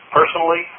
personally